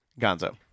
Gonzo